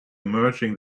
merging